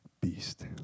beast